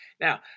Now